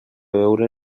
veure